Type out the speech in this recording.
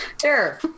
Sure